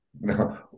No